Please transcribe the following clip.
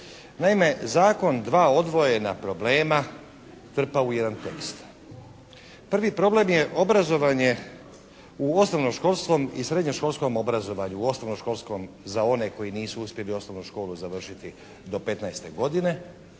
Naime, zakon dva odvojena problema trpa u jedan tekst. Prvi problem je obrazovanje u osnovno školskom i srednje školskom obrazovanju, u osnovno školskom za one koji nisu uspjeli osnovnu školu završiti do 15. godine,